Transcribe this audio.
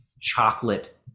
chocolate